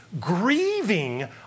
grieving